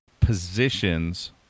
positions